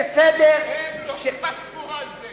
הם לא חתמו על זה.